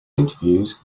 interviews